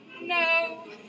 No